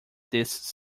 this